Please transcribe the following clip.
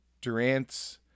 Durant's